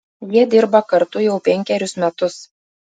jie dirba kartu jau penkerius metus